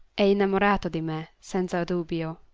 e innamorato di me, senza dubio,